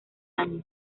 años